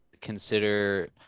consider